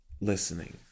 listening